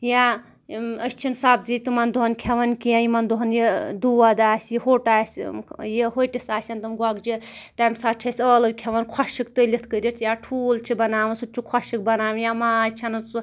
یا أسۍ چھِنہٕ سَبزی تِمَن دۄہَن کھیٚوان کیٚنٛہہ یِمَن دۄہَن یہِ دود آسہِ یہِ ہوٚٹ آسہِ یہِ ہوٚٹِس آسیٚن تِم گۄگجہِ تَمہِ ساتہٕ چھِ أسۍ ٲلوٕ کھیٚوان خۄشٕک تٔلِتھ کٔرِتھ یا ٹھول چھِ بَناوان سُہ تہِ چھِ خۄشٕک بَناوان یا ماز چھِ اَنان سُہ